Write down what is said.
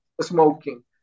smoking